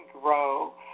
grow